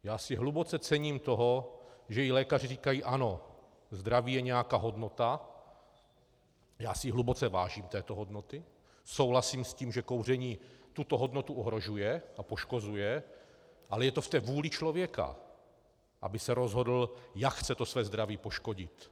Já si hluboce cením toho, když lékaři říkají: Ano, zdraví je nějaká hodnota, já si jí hluboce vážím, této hodnoty, souhlasím s tím, že kouření tuto hodnotu ohrožuje a poškozuje, ale je to v té vůli člověka, aby se rozhodl, jak chce to své zdraví poškodit.